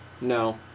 No